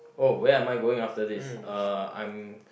oh where am I going after this uh I'm